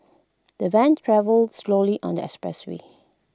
the van travelled slowly on the expressway